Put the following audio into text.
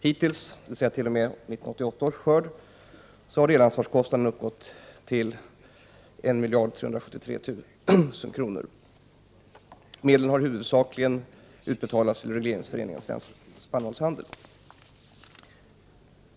Hittills, dvs. t.o.m. 1988 års skörd, har delansvarskostnaden uppgått till totalt 1 373 000 000 kr. Medlen har huvudsakligen utbetalats till regleringsföreningen Svensk Spannmålshandel.